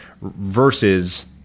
versus